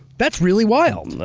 that's really wild.